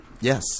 Yes